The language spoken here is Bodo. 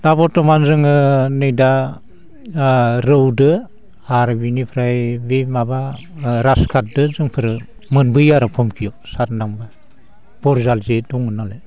दा बर्थमान जोङो नै दा ओ रौदो आरो बिनिफ्राय बे माबा ओ राजखाददो जोंफोरो मोनबोयो आरो फमखिआव सारनो थांब्ला बरजाल जे दंमोननालाय